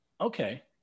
okay